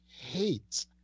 hates